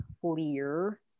clear